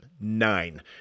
nine